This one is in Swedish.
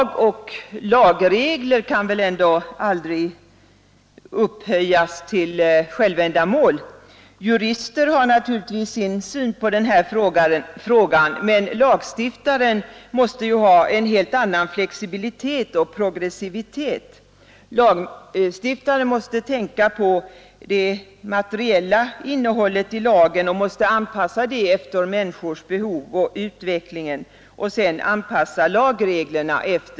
Lagregler kan väl ändå aldrig upphöjas till självändamål. Jurister har naturligtvis sin syn på denna fråga, men lagstiftaren måste ha sin syn, präglad av flexibilitet och progressivitet. Lagstiftaren måste tänka på det materiella innehållet i lagen och anpassa lagreglerna efter människornas behov och utvecklingen.